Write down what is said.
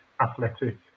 athletic